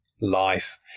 life